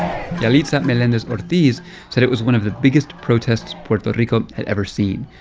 yelitsa melendez ortiz said it was one of the biggest protests puerto rico had ever seen.